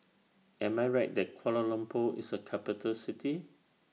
Am I Right that Kuala Lumpur IS A Capital City